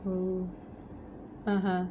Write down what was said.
oh (uh huh)